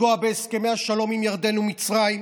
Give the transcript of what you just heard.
לפגוע בהסכמי השלום עם ירדן ומצרים,